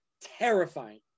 terrifying